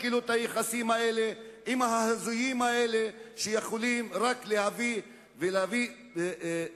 עם ההזויים האלה שיכולים רק להביא שנאה